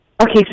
Okay